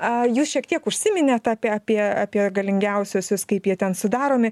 a jūs šiek tiek užsiminėt apie apie apie galingiausiuosius kaip jie ten sudaromi